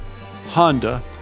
Honda